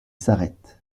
s’arrête